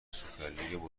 سوپرلیگ